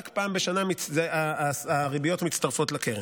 רק פעם בשנה הריביות מצטרפות לקרן.